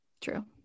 true